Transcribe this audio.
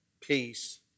peace